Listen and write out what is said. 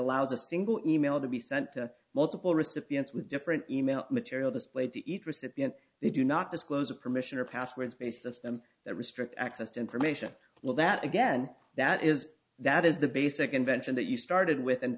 allows a single e mail to be sent to multiple recipients with different e mail material displayed to each recipient they do not disclose a permission or passwords based system that restrict access to information well that again that is that is the basic invention that you started with an